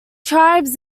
tribes